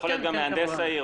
מהנדס העיר,